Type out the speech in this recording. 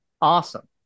Awesome